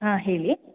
ಹಾಂ ಹೇಳಿ